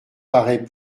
parait